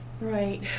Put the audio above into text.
right